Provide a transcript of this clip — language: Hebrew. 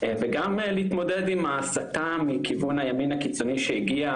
וגם להתמודד עם ההסתה מכיוון הימין הקיצוני שהגיע,